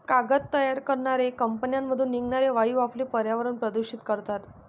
कागद तयार करणाऱ्या कंपन्यांमधून निघणारे वायू आपले पर्यावरण प्रदूषित करतात